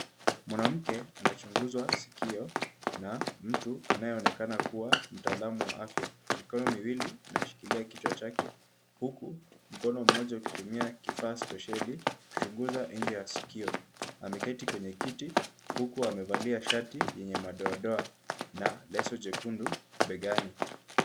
Mwanamke anachunguzwa sikio na mtu anayeonekana kuwa mtalamu wa afya. Mikono miwili inayoshikilia kichwa chake huku mkono mmoja ukitumia kifaa spesheli kuchunguza nje ya sikio. Ameketi kwenye kiti huku amevalia shati yenye madoadoa na leso jekundu begani.